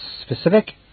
specific